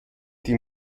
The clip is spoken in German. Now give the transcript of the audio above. die